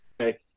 okay